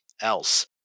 else